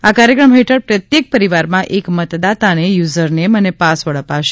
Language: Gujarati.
આ કાર્યક્રમ હેઠળ પ્રત્યેક પરીવારમાં એક મતદાતાને યુઝરનેમ અને પાસવર્ડ અપાશે